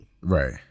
Right